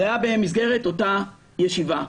זה היה במסגרת אותה ישיבה.